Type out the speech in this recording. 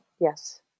Yes